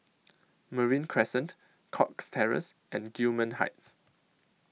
Marine Crescent Cox Terrace and Gillman Heights